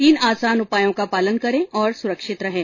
तीन आसान उपायों का पालन करें और सुरक्षित रहें